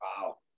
wow